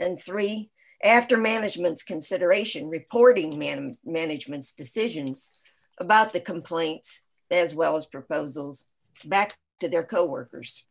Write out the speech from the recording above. and three after management's consideration reporting and management's decisions about the complaints as well as proposals back to their coworkers